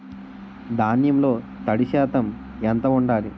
ధాన్యంలో తడి శాతం ఎంత ఉండాలి?